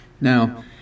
Now